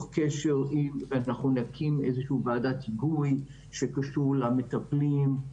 קשר עם אנחנו נקים איזושהי ועדת היגוי שקשורה למטפלים,